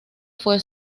fue